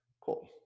Cool